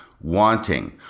wanting